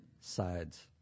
sides